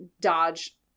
dodge